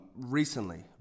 Recently